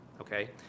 okay